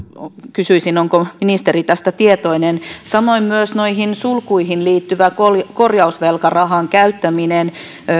kysyisin onko ministeri tästä tietoinen samoin myös noihin sulkuihin liittyvä korjausvelkarahan käyttäminen